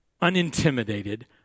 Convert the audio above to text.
unintimidated